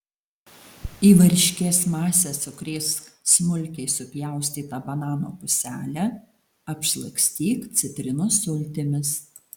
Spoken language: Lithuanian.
į varškės masę sukrėsk smulkiai supjaustytą banano puselę apšlakstyk citrinos sultimis